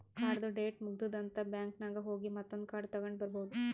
ಕಾರ್ಡ್ದು ಡೇಟ್ ಮುಗದೂದ್ ಅಂತ್ ಬ್ಯಾಂಕ್ ನಾಗ್ ಹೋಗಿ ಮತ್ತೊಂದ್ ಕಾರ್ಡ್ ತಗೊಂಡ್ ಬರ್ಬಹುದ್